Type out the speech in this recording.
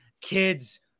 kids